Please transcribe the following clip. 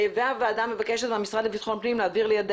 והוועדה מבקשת מהמשרד לבטחון פנים להעביר לידיה